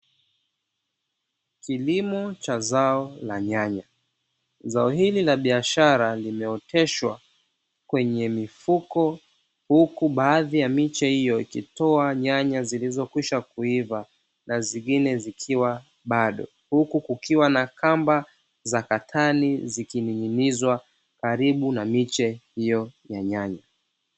Kilimo cha zao la nyanya. Zao hili la biashara limeoteshwa kwenye mifuko huku baadhi ya miche hiyo ikitoa nyanya zilizokwisha kuiva na zingine zikiwa bado. Huku kukiwa na kamba za katani zikining'inizwa karibu na miche hiyo ya nyanya.